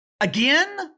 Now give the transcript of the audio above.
again